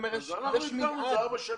אז אנחנו הגדרנו את זה ארבע שנים.